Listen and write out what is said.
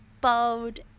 bold